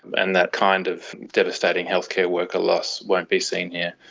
and that kind of devastating healthcare worker loss won't be seen here,